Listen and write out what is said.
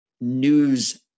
news